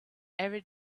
every